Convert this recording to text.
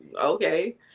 Okay